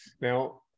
Now